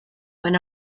when